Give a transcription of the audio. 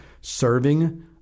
serving